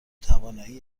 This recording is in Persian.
توانایی